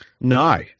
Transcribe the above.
No